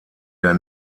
der